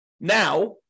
now